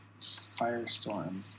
Firestorm